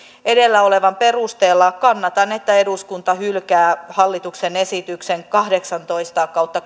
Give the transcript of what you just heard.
edellä olevan perusteella kannatan että eduskunta hylkää hallituksen esitykseen kahdeksantoista kautta